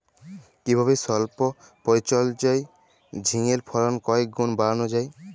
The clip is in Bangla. কিভাবে সল্প পরিচর্যায় ঝিঙ্গের ফলন কয়েক গুণ বাড়ানো যায়?